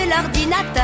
l'ordinateur